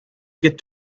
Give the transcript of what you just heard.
get